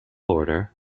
order